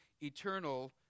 eternal